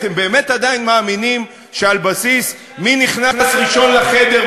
אתם באמת עדיין מאמינים שעל בסיס מי נכנס ראשון לחדר,